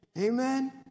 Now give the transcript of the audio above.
Amen